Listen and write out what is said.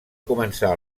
començar